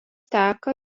teka